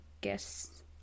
guess